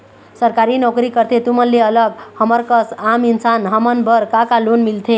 सरकारी नोकरी करथे तुमन ले अलग हमर कस आम इंसान हमन बर का का लोन मिलथे?